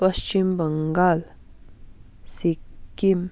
Paschim Bangal Sikkim